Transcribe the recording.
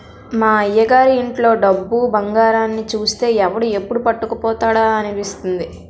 మా అయ్యగారి ఇంట్లో డబ్బు, బంగారాన్ని చూస్తే ఎవడు ఎప్పుడు పట్టుకుపోతాడా అనిపిస్తుంది